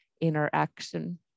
interaction